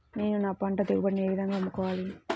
నేను నా పంట దిగుబడిని ఏ విధంగా అమ్ముకోవాలి?